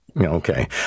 Okay